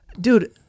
dude